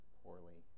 poorly